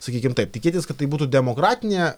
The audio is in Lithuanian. sakykim taip tikėtis kad tai būtų demokratinė